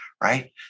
Right